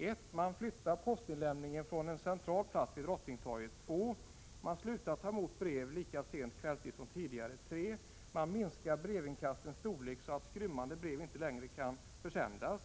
1 Man flyttar postinlämningen från en central plats vid Drottningtorget. 2 Man tar inte längre emot brev lika sent på kvällen som tidigare. 3 Man minskar brevinkastens storlek så att skrymmande brev inte längre kan försändas.